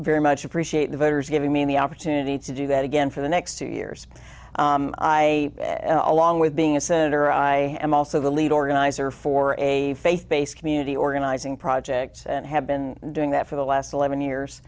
very much appreciate the voters giving me the opportunity to do that again for the next two years i along with being a senator i am also the lead organizer for a faith based community organizing projects and have been doing that for the last eleven years